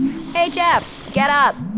hey geoff, get up